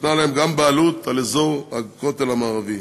מקנה להם גם בעלות על אזור הכותל המערבי.